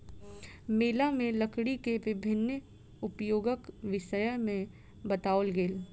मेला में लकड़ी के विभिन्न उपयोगक विषय में बताओल गेल